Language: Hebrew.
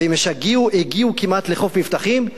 והם הגיעו כמעט לחוף מבטחים,